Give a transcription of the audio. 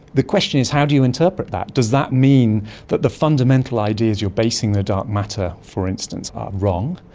the question is how do you interpret that? does that mean that the fundamental ideas you are basing the dark matter, for instance, are wrong?